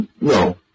no